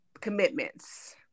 commitments